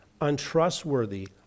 untrustworthy